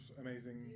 amazing